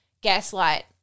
gaslight